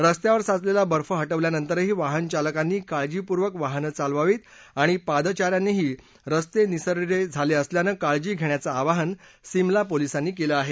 रस्त्यावर साचलेला बर्फ हा बेल्यानंतरही वाहनचालकांनी काळजीपूर्वक वाहन चालवावं आणि पादचाऱ्यांनीही रस्ते निसरडे झाले असल्यानं काळजी घेण्याचं आवाहन सिमला पोलिसांनी केलं आहे